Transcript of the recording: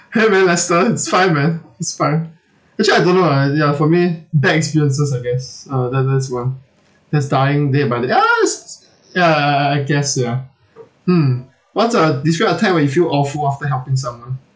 !hey! man lester is fine man is fine actually I don't know lah ya for me bad experiences I guess uh that~ that's one just dying day by day yes ya I I I guess ya hmm what are describe a time when you feel awful after helping someone